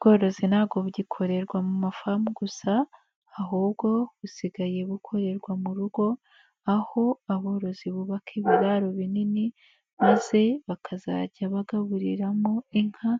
Ubworozi ntabwo bugikorerwa mu mafamu gusa ahubwo busigaye bukorerwa mu rugo, aho aborozi bubaka ibiraro binini maze bakazajya bagaburiramo inka